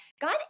God